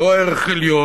לא ערך עליון.